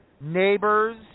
neighbors